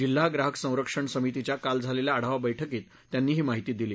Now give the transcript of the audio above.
जिल्हा ग्राहक संरक्षण समितीच्या काल झालेल्या आढावा बैठकीत त्यांनी ही माहिती दिली